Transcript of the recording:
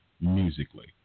musically